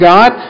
God